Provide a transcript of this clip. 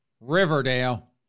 Riverdale